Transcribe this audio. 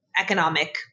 economic